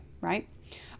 right